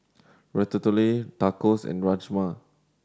Ratatouille Tacos and Rajma